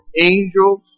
angels